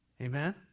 Amen